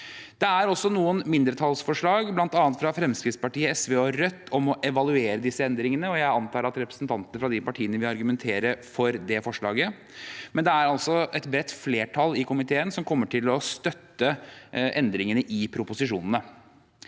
Det er også et mindretallsforslag fra Fremskrittspartiet, SV og Rødt om å evaluere disse endringene, og jeg antar at representanter fra de partiene vil argumentere for det forslaget. Det er et bredt flertall i komiteen som kommer til å støtte endringene i proposisjonene.